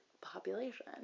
population